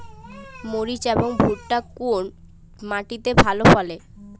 মরিচ এবং ভুট্টা কোন মাটি তে ভালো ফলে?